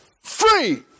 free